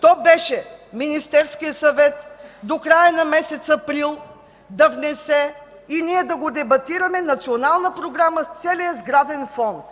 то беше Министерският съвет до края на месец април да внесе и ние да дебатираме национална програма за целия сграден фонд,